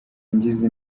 ngize